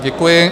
Děkuji.